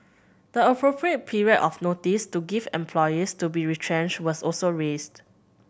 the appropriate period of notice to give employees to be retrenched was also raised